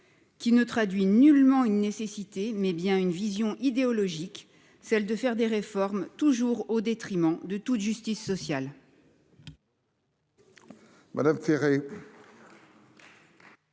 Qui ne traduit nullement une nécessité mais bien une vision idéologique, celle de faire des réformes toujours au détriment de toute justice sociale.